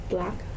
Black